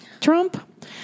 Trump